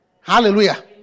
Hallelujah